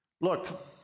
look